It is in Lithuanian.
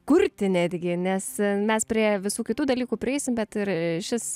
kurti netgi nes mes prie visų kitų dalykų prieisim bet ir šis